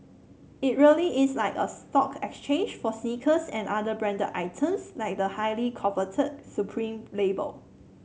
it really is like a stock exchange for sneakers and other branded items like the highly coveted Supreme label